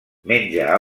menja